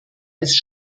als